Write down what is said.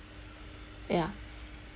ya